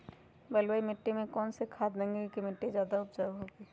बलुई मिट्टी में कौन कौन से खाद देगें की मिट्टी ज्यादा उपजाऊ होगी?